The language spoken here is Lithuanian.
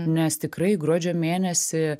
nes tikrai gruodžio mėnesį